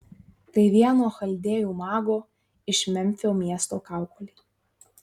tai vieno chaldėjų mago iš memfio miesto kaukolė